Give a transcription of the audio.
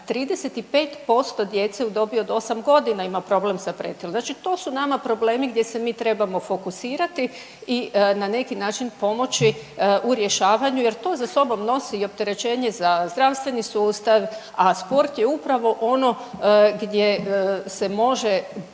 35% djece u dobi od 8 godina ima problem sa pretilošću. Znači to su nama problemi gdje se mi trebamo fokusirati i na neki način pomoći u rješavanju jer to za sobom nosi i opterećenje za zdravstveni sustav, a sport je upravo ono gdje se može